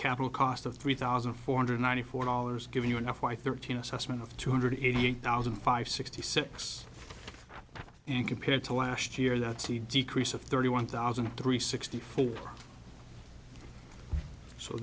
capital cost of three thousand four hundred ninety four dollars give you enough why thirteen assessment of two hundred eighty eight thousand five sixty six compared to last year that's a decrease of thirty one thousand and three sixty four so